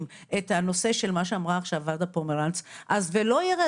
את הנושא של מה שאמרה עכשיו ורדה פומרנץ ולא יירד,